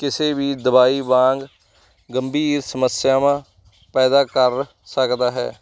ਕਿਸੇ ਵੀ ਦਵਾਈ ਵਾਂਗ ਗੰਭੀਰ ਸਮੱਸਿਆਵਾਂ ਪੈਦਾ ਕਰ ਸਕਦਾ ਹੈ